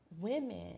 women